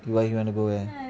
why you want to go where